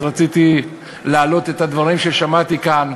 אז רציתי להעלות את הדברים ששמעתי כאן,